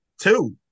Two